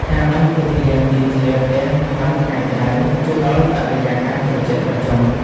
ការបាញ់ទឹកលាងទីធ្លាផ្ទះក្នុងថ្ងៃក្តៅ ជួយឱ្យបរិយាកាសត្រជាក់ត្រជុំ។